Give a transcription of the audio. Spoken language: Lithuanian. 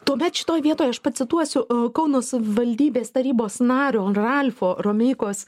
tuomet šitoj vietoj aš pacituosiu kauno savivaldybės tarybos nario ralfo romeikos